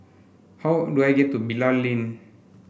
how do I get to Bilal Lane